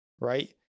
right